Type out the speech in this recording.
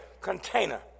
container